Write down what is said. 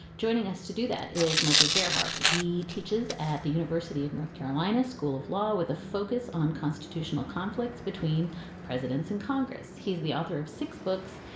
joining us to do that is michael gebhart. he teaches at the university of north carolina school of law with a focus on constitutional conflicts between presidents and congress. he's the author of six books,